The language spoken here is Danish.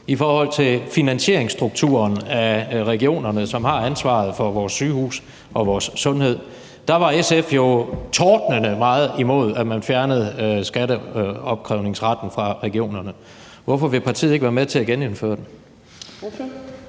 ændrede finansieringsstrukturen af regionerne, som har ansvaret for vores sygehuse og vores sundhed, jo var tordnede meget imod, at man fjernede skatteopkrævningsretten fra regionerne. Hvorfor vil partiet ikke være med til at genindføre den?